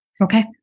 Okay